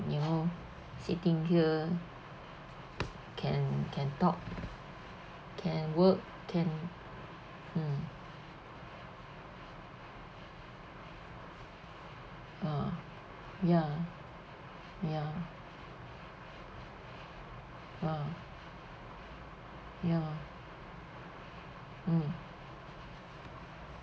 you know sitting here can can talk can work can mm ah ya ya ah ya mm